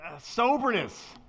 soberness